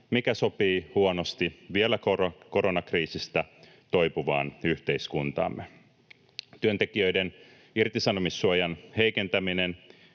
mikä sopii huonosti vielä koronakriisistä toipuvaan yhteiskuntaamme. Työntekijöiden irtisanomissuojan heikentäminen,